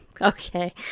Okay